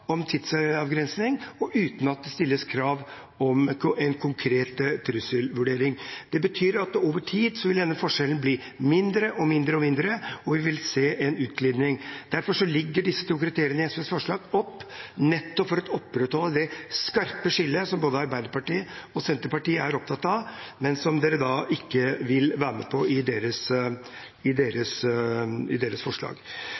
om tidsavgrensning, og uten at det stilles krav om en konkret trusselvurdering. Det betyr at over tid vil denne forskjellen bli mindre og mindre, og vi vil se en utglidning. Derfor ligger disse to kriteriene til grunn i SVs forslag – nettopp for å opprettholde det skarpe skillet som både Arbeiderpartiet og Senterpartiet er opptatt av, men som de ikke vil være med på i